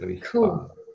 Cool